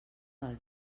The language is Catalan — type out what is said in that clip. del